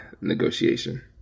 negotiation